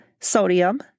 sodium